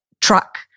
truck